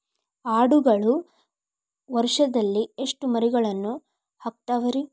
ಆಡುಗಳು ವರುಷದಲ್ಲಿ ಎಷ್ಟು ಮರಿಗಳನ್ನು ಹಾಕ್ತಾವ ರೇ?